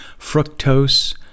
fructose